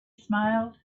smiled